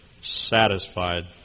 satisfied